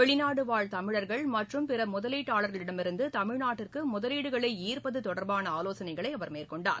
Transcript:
வெளிநாடுவாழ் தமிழர்கள் மற்றும் பிற முதலீட்டாளர்களிடமிருந்து தமிழ்நாட்டிற்கு முதலீடுகளை ஈர்ப்பது தொடர்பான ஆலோசனை அவர் மேற்கொண்டார்